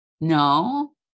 no